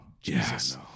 Jesus